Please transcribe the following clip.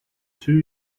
two